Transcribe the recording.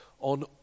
on